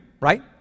right